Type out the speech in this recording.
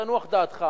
תנוח דעתך,